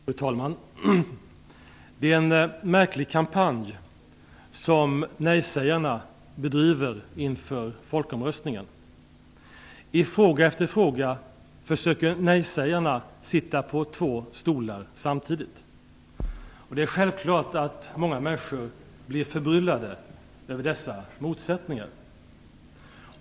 Fru talman! Det är en märklig kampanj som nejsägarna bedriver inför folkomröstningen. I fråga efter fråga försöker nej-sägarna sitta på två stolar samtidigt. Det är självklart att många människor blir förbryllade av dessa motsättningar.